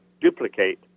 duplicate